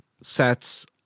sets